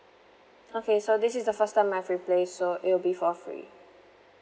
okay so this is the first time I've replace so it will be for free